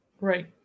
Right